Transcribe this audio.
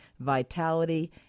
vitality